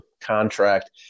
contract